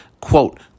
quote